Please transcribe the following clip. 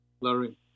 Larry